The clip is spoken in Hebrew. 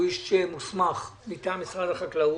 שהוא איש מוסמך מטעם משרד החקלאות,